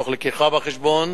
תוך הבאה בחשבון